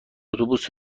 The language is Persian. اتوبوس